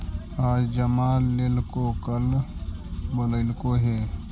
आज जमा लेलको कल बोलैलको हे?